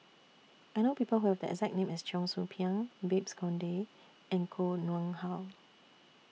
I know People Who Have The exact name as Cheong Soo Pieng Babes Conde and Koh Nguang How